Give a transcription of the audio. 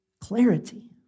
clarity